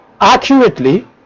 accurately